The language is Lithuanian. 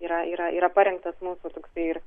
yra yra yra parengtas mūsų toksai ir